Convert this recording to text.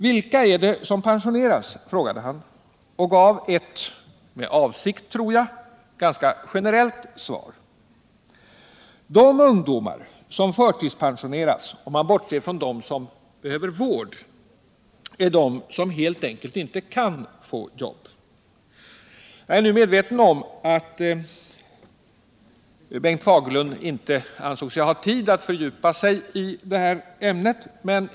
Vilka är det som pensioneras, frågade han, och gav ett — med avsikt, tror jag — ganska generellt svar: De ungdomar som förtidspensioneras är, om man bortser från dem som behöver vård, de som helt enkelt inte kan få jobb. Jag är medveten om att Bengt Fagerlund inte ansåg sig ha tid att fördjupa sig i detta ämne.